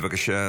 בבקשה.